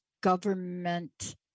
government